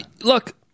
look